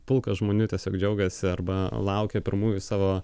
pulkas žmonių tiesiog džiaugiasi arba laukia pirmųjų savo